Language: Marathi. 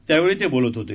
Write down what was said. त्यावेळी ते बोलत होते